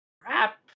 Crap